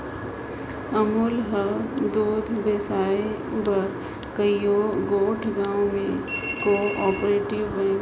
अमूल हर दूद बेसाए बर कइयो गोट गाँव में को आपरेटिव संस्था बनाइस अहे